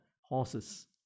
horses